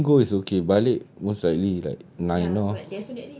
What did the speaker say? no lah I think go is okay balik most likely like nine lor